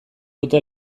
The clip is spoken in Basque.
dute